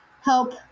help